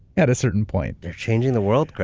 at a certain point. they're changing the world, chris,